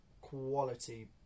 quality